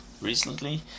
recently